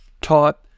taught